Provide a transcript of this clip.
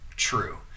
True